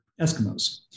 Eskimos